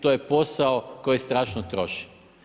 To je posao koji strašno troši.